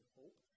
hope